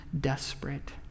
desperate